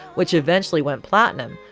which eventually went platinum,